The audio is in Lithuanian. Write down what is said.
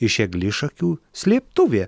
iš eglišakių slėptuvė